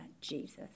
Jesus